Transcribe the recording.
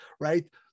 right